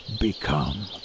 Become